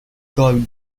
glow